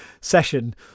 session